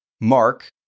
Mark